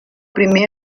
primer